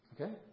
Okay